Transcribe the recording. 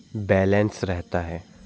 balance रहता है